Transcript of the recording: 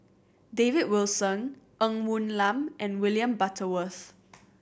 David Wilson Ng Woon Lam and William Butterworth